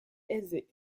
aisé